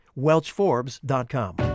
Welchforbes.com